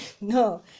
No